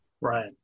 Right